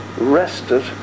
rested